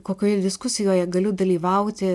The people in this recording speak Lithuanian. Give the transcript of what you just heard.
kokioje diskusijoje galiu dalyvauti